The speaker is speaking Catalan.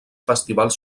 festivals